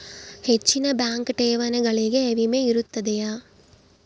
ಹೆಚ್ಚಿನ ಬ್ಯಾಂಕ್ ಠೇವಣಿಗಳಿಗೆ ವಿಮೆ ಇರುತ್ತದೆಯೆ?